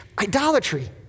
Idolatry